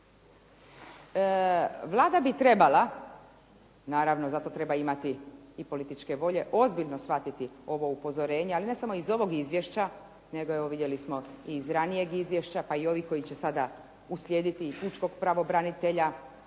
Vlada bi trebala, naravno za to bi trebalo imati i političke volje, ozbiljno shvatiti ovo upozorenje, ali ne samo iz ovog izvješća, nego vidjeli smo iz ranijeg izvješća, pa i ovih koji će sada uslijediti i pučkog pravobranitelja